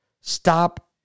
Stop